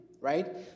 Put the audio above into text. Right